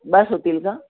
बास होतील का